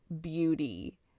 beauty